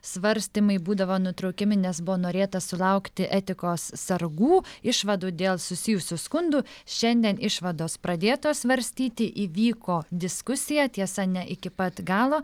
svarstymai būdavo nutraukiami nes buvo norėta sulaukti etikos sargų išvadų dėl susijusių skundų šiandien išvados pradėtos svarstyti įvyko diskusija tiesa ne iki pat galo